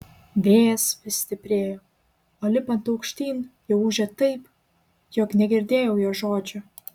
vėjas vis stiprėjo o lipant aukštyn jau ūžė taip jog negirdėjau jos žodžių